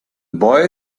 boy